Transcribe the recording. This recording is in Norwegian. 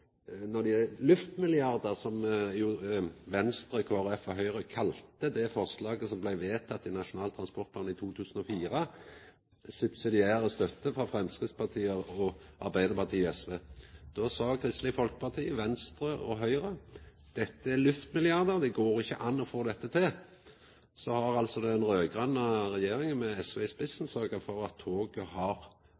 det er «luftmilliardar», som Venstre, Kristeleg Folkeparti og Høgre kalla det forslaget som blei vedteke i Nasjonal transportplan i 2004, subsidiært støtta av Framstegspartiet, Arbeidarpartiet og SV? Då sa Kristeleg Folkeparti, Venstre og Høgre at det er luftmilliardar, det går ikkje an å få dette til. Så har altså den raud-grøne regjeringa, med SV i spissen,